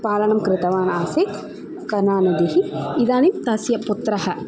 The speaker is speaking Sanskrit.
पालनं कृतवान् आसीत् कनानिदिः इदानीं तस्य पुत्रः